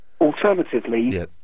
Alternatively